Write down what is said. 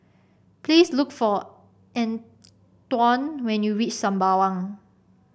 please look for Antwon when you reach Sembawang